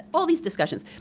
all these discussions.